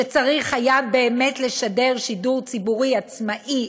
שצריך היה באמת לשדר שידור ציבורי עצמאי,